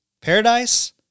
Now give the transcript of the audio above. Paradise